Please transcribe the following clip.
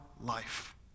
life